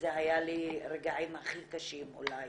ואלה היו לי רגעים הכי קשים אולי